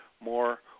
more